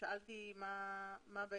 שאלתי מה נשתנה